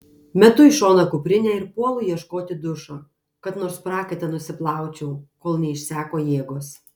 metu į šoną kuprinę ir puolu ieškoti dušo kad nors prakaitą nusiplaučiau kol neišseko jėgos